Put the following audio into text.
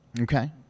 Okay